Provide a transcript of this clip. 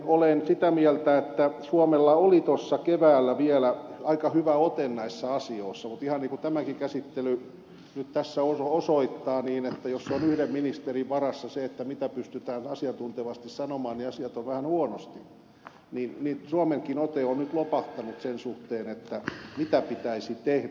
olen sitä mieltä että suomella oli tuossa keväällä vielä aika hyvä ote näissä asioissa mutta ihan niin kuin tämäkin käsittely nyt osoittaa jos on yhden ministerin varassa se mitä pystytään asiantuntevasti sanomaan niin asiat ovat vähän huonosti ja suomenkin ote on nyt lopahtanut sen suhteen mitä pitäisi tehdä